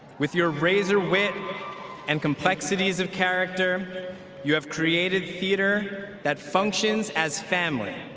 with your razor wit and complexities of character you have created theater that functions as family.